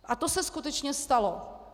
A to se skutečně stalo.